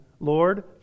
Lord